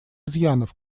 изъянов